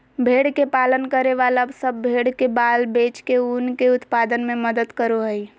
भेड़ के पालन करे वाला सब भेड़ के बाल बेच के ऊन के उत्पादन में मदद करो हई